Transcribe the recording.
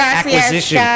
acquisition